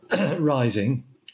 rising